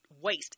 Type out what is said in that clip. waste